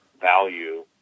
value